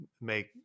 make